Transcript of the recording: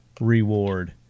reward